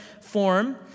form